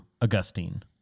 Augustine